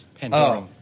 Pandora